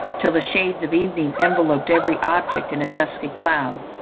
till the shades of evening enveloped every object in a dusky cloud